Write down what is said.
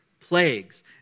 plagues